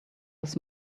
was